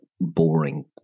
boring